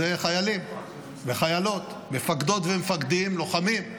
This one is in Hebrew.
חיילים וחיילות, מפקדות ומפקדים, לוחמים.